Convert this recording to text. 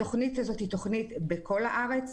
התוכנית הזאת מתקיימת בכל הארץ.